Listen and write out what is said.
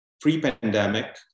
pre-pandemic